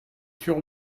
sur